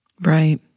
Right